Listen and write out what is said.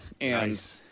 and-